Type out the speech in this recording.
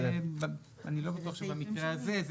אני לא בטוח שבמקרה הזה.